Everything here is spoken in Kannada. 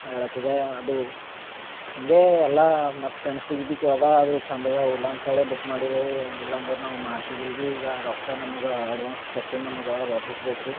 ಹೇಳತ್ತಿದೆ ಅದು ಕಿಂಗೆ ಎಲ್ಲಾ ಮತ್ತೆ ಫ್ರೆಂಡ್ಸ್ ಬಿ ಕೇಳ್ದ ಅದು ಚಂದದ ಓಲಾ ಅಂತೇಳೇ ಬುಕ್ ಮಾಡಿದೆವು ಇಲ್ಲಂದರ ನಾವು ಮಾಡ್ತಿದ್ದಿಲ ಬಿ ಈಗ ರೊಕ್ಕ ನಮ್ಗ ಅಡ್ವಾನ್ಸ್ ಕೊಟ್ಟಿಂದ ನಮಗೆ ವಾಪಸ್ ಬೇಕು